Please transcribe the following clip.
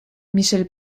michel